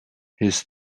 his